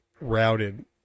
routed